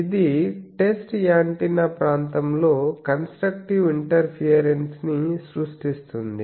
ఇది test antenna ప్రాంతంలో constructive interference ని సృష్టిస్తుంది